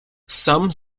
some